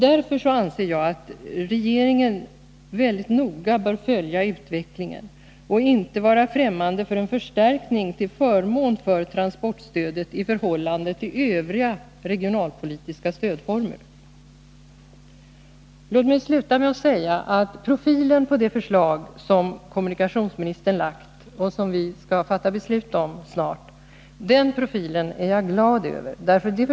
Därför anser jag att regeringen mycket noga bör följa utvecklingen och inte vara främmande för en förstärkning till förmån för transportstödet i förhållande till övriga regionalpolitiska stödformer. Låt mig sluta med att säga att jag är glad över profilen på det förslag som kommunikationsministern lagt fram och som vi fattar beslut om nu snart.